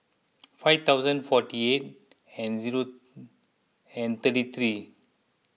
five thousand forty eight and zero and thirty three